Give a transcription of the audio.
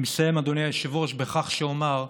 אני מסיים, אדוני היושב-ראש, בכך שאומר: